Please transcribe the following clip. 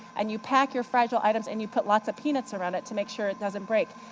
and you pack your fragile items and you put lots of peanuts around it to make sure it doesn't break.